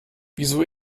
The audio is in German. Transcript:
wieso